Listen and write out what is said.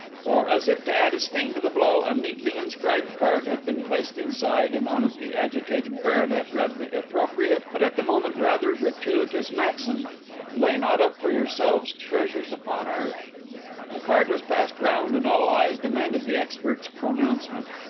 for, as if to add a sting to the blow, a neatly inscribed card had been placed inside, and on it the agitated baronet read the appropriate but at the moment rather gratuitous maxim lay not up for yourselves treasures upon earth the card was passed round and all eyes demanded the expert's pronouncement.